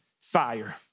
Fire